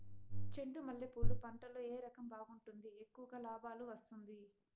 చెండు మల్లె పూలు పంట లో ఏ రకం బాగుంటుంది, ఎక్కువగా లాభాలు వస్తుంది?